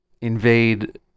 invade